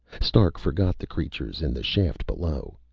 stark forgot the creatures in the shaft below